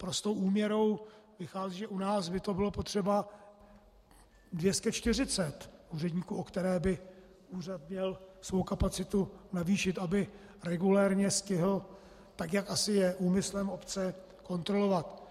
Prostou úměrou vychází, že u nás by bylo potřeba 240 úředníků, o které by úřad měl svou kapacitu navýšit, aby regulérně stihl tak, jak asi je úmyslem, obce kontrolovat.